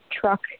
truck